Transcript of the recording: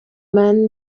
man